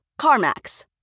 CarMax